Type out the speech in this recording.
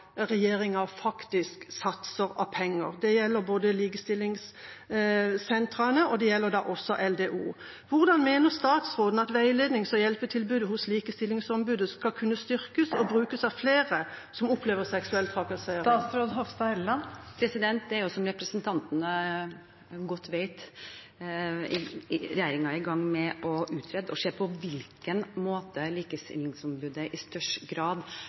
regjeringa faktisk satser av penger. Det gjelder både likestillingssentrene og LDO. Hvordan mener statsråden at veilednings- og hjelpetilbudet hos Likestillingsombudet skal kunne styrkes og brukes av flere som opplever seksuell trakassering? Som representanten godt vet, er regjeringen i gang med å utrede og se på hvilken måte Likestillingsombudet i størst grad